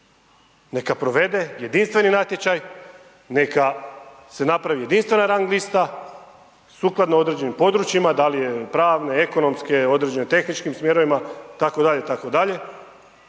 neka provede jedinstveni natječaj, neka se napravi jedinstvena rang lista sukladno određenim područjima, da li je pravne, ekonomske, određene tehničkim smjerovima itd., itd. i da se